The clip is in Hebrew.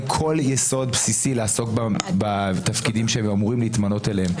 כל יסוד בסיסי לעסוק בתפקידים שאמורים להתמנות אליהם.